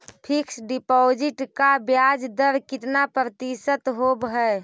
Fix deposit का ब्याज दर कितना प्रतिशत होब है?